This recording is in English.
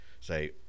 say